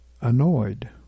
annoyed